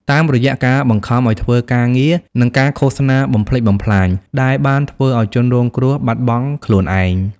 តាមរយៈការបង្ខំឲ្យធ្វើការងារ និងការឃោសនាបំផ្លិចបំផ្លាញ ដែលបានធ្វើឲ្យជនរងគ្រោះបាត់បង់ខ្លួនឯង។